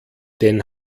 den